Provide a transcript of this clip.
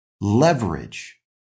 leverage